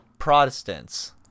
Protestants